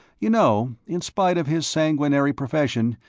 you know, in spite of his sanguinary profession,